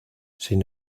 sin